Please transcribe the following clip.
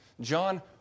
John